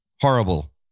horrible